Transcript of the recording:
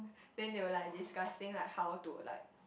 then they were like discussing like how to like